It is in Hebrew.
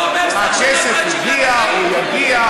זה לא אומר, הכסף יגיע, הוא יגיע.